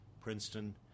Princeton